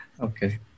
Okay